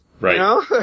Right